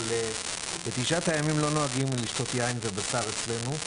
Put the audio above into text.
אבל בתשעת הימים לא נוהגים לשתות יין ולאכול בשר אצלנו.